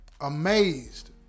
amazed